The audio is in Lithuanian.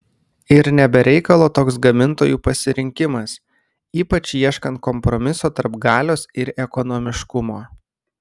ir ne be reikalo toks gamintojų pasirinkimas ypač ieškant kompromiso tarp galios ir ekonomiškumo